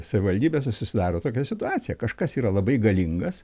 savivaldybėse susidaro tokia situacija kažkas yra labai galingas